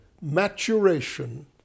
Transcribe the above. maturation